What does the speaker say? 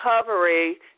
recovery